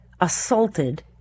assaulted